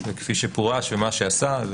כפי שפורש ומה שעשה.